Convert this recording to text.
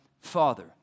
Father